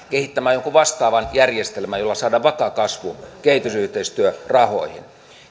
kehittämään jonkun vastaavan järjestelmän jolla saadaan vakaa kasvu kehitysyhteistyörahoihin